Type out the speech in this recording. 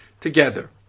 Together